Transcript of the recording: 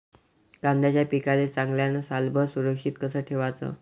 कांद्याच्या पिकाले चांगल्यानं सालभर सुरक्षित कस ठेवाचं?